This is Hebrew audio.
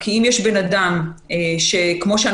67%,